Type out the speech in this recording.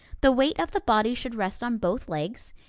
the weight of the body should rest on both legs,